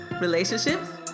relationships